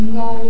no